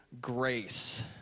Grace